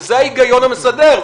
וזה ההיגיון המסדר.